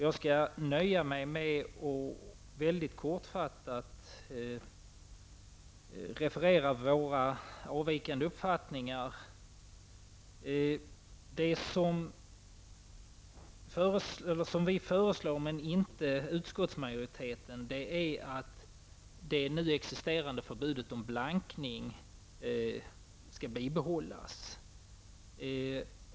Jag skall nöja mig med att kortfattat referera några avvikande uppfattningar. Vi, men inte utskottsmajoriteten, föreslår att det nu existerande förbudet om blankning skall bibehållas.